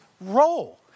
role